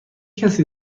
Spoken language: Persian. کسی